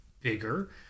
bigger